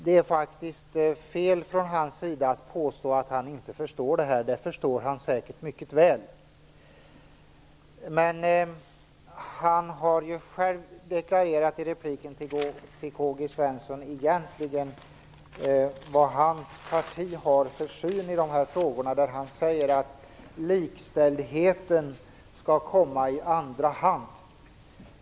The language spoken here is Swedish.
Det är fel av honom att påstå att han inte förstår det här. Han förstår det säkert mycket väl. Han har ju själv i repliken till Karl-Gösta Svenson deklarerat vad hans parti har för syn i de här frågorna. Han säger att likställdheten skall komma i andra hand.